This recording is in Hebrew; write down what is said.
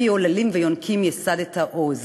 "מפי עוללים ויֹנקים יִסדת עֹז".